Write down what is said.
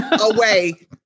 away